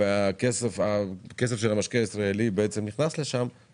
שהכסף של המשקיע הישראלי שנכנס לקרנות שנכנסות לפה הוא בטוח,